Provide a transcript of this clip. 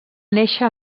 néixer